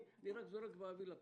אני רק זורק באוויר לפרוטוקול.